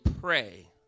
pray